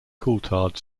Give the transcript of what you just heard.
coulthard